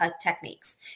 techniques